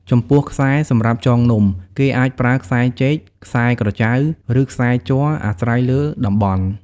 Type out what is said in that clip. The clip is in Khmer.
ចំពោះខ្សែសម្រាប់ចងនំ គេអាចប្រើខ្សែចេក ខ្សែក្រចៅ ឬខ្សែជ័រ អាស្រ័យលើតំបន់។